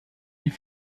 die